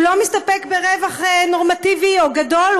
והוא לא מסתפק ברווח נורמטיבי או גדול,